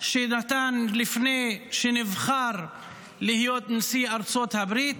שנתן לפני שנבחר להיות נשיא ארצות הברית,